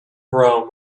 rome